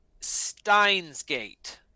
Steinsgate